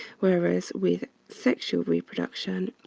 whereas with sexual reproduction,